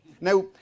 Now